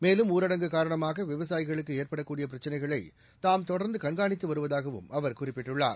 மேலும் ஊரடங்கு காரணமாக விவசாயிகளுக்கு ஏற்படக்கூடிய பிரச்சினைகளை தாம் தொடர்ந்து கண்காணித்து வருவதாகவும் அவர் குறிப்பிட்டுள்ளார்